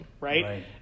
right